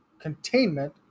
containment